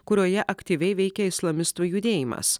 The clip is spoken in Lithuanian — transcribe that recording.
kurioje aktyviai veikia islamistų judėjimas